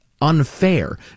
Unfair